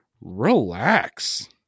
relax